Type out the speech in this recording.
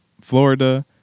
Florida